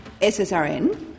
SSRN